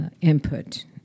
input